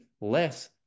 less